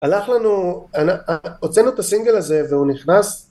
הלך לנו, הוצאנו את הסינגל הזה והוא נכנס